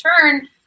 turn